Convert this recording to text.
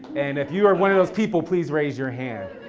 and if you are one of those people, please raise your hand.